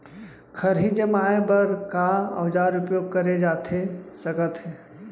खरही जमाए बर का औजार उपयोग करे जाथे सकत हे?